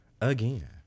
again